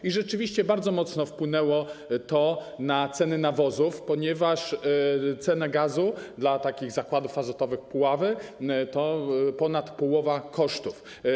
I rzeczywiście bardzo mocno wpłynęło to na ceny nawozów, ponieważ cena gazu dla Zakładów Azotowych „Puławy”, to ponad połowa kosztów.